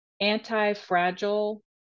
Anti-Fragile